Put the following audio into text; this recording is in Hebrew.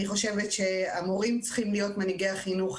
אני חושבת שהמורים צריכים להיות מנהיגי החינוך.